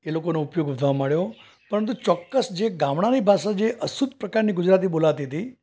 એ લોકોનો ઉપયોગ વધવા માંડ્યો પરંતુ ચોક્કસ જે ગામડાની ભાષા જે અશુદ્ધ પ્રકારની ગુજરાતી બોલતી હતી